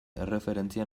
erreferentzia